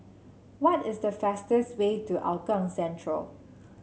what is the fastest way to Hougang Central